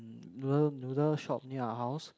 noodle noodle shop near our house